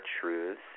truths